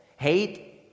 Hate